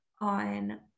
on